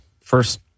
first